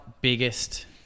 biggest